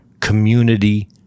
community